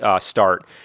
start